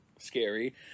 scary